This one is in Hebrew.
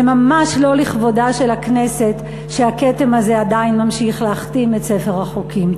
זה ממש לא לכבודה של הכנסת שהכתם הזה עדיין ממשיך להכתים את ספר החוקים.